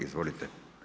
Izvolite.